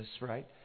right